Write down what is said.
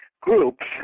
groups